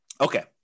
Okay